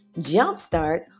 jumpstart